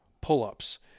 pull-ups